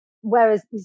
whereas